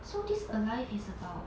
so this alive is about